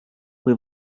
kui